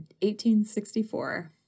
1864